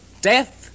death